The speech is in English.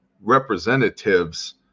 representatives